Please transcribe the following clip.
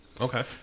Okay